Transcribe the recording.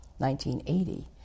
1980